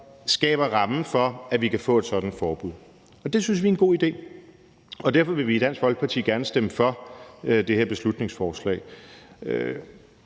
skaber rammen for, at vi kan få et sådant forbud, og det synes vi er en god idé, og derfor vil vi i Dansk Folkeparti gerne stemme for det her beslutningsforslag.